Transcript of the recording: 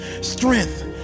strength